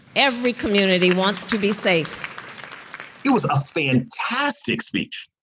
every community wants to be safe it was a fantastic speech.